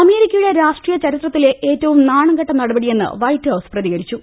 അമേരിക്കയുടെ രാഷ്ട്രീയ ചരിത്രത്തിലെ ഏറ്റവും നാണംകെട്ട നടപടിയെന്ന് വൈറ്റ്ഹൌസ് പ്രതികരിച്ചു